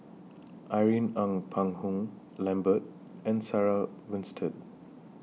Irene Ng Phek Hoong Lambert and Sarah Winstedt